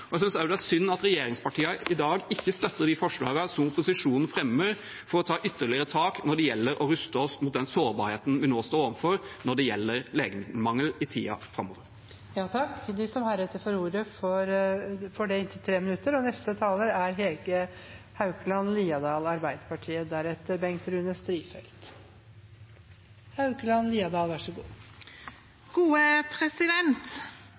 Jeg synes også det er synd at regjeringspartiene i dag ikke støtter de forslagene som opposisjonen fremmer for å ta ytterligere tak når det gjelder å ruste oss mot den sårbarheten vi nå står overfor, med tanke på legemiddelmangel i tiden framover. De talere som heretter får ordet, har en taletid på inntil 3 minutter.